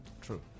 True